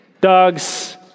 Dogs